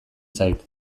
zait